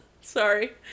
Sorry